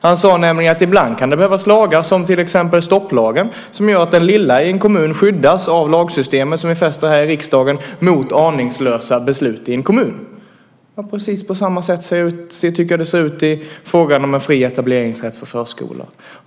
Han sade nämligen att det ibland kan behövas lagar som till exempel stopplagen, som gör att den lilla i en kommun skyddas av lagsystemet som vi befäster här i riksdagen mot aningslösa beslut i en kommun. Jag tycker att det ser ut på precis samma sätt i frågan om en fri etableringsrätt för förskolor.